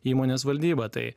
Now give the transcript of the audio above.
įmonės valdyba tai